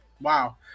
Wow